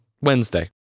Wednesday